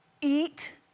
eat